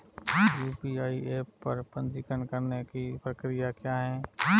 UPI app पर पंजीकरण करने की प्रक्रिया क्या है?